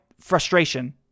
frustration